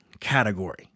Category